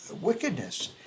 wickedness